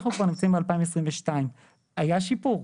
אנחנו כבר נמצאים בשנת 2022 והיה שיפור,